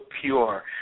pure